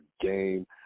game